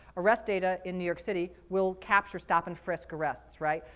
arrest data in new york city will capture stop-and-frisk arrests, right?